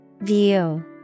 View